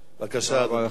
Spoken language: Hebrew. בבקשה, אדוני.